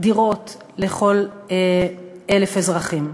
דירות לכל 1,000 אזרחים.